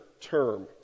term